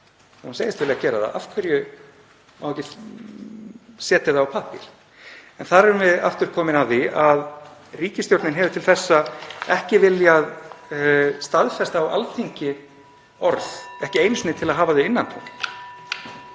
Hún segist vilja gera það. Af hverju má ekki setja það á pappír? En þar erum við aftur komin að því að ríkisstjórnin hefur til þessa ekki viljað staðfesta orð á Alþingi, ekki einu sinni til að hafa þau innantóm.